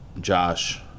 Josh